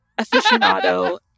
aficionado